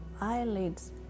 eyelids